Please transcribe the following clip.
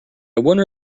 wonder